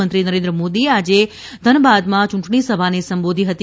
પ્રધાનમંત્રી નરેન્દ્ર મોદીએ આજે ધનબાદમાં ચૂંટણીસભાને સંબોધી હતી